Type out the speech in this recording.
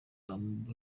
ampa